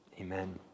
amen